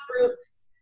fruits